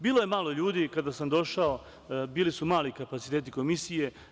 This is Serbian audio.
Bilo je malo ljudi kada sam došao, bili su mali kapaciteti Komisije.